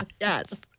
Yes